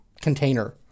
container